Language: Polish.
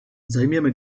zajmiemy